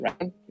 right